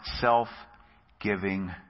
self-giving